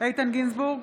איתן גינזבורג,